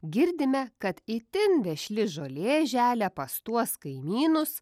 girdime kad itin vešli žolė želia pas tuos kaimynus